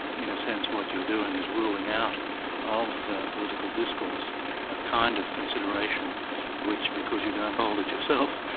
in a sense, what you're doing is ruling out of political discourse a kind of consideration which, because you don't hold it yourself,